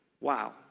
wow